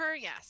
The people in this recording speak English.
yes